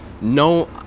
no